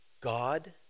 God